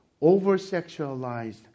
over-sexualized